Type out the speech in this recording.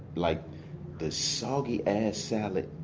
like the soggy-ass salad.